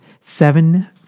seven